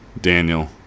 Daniel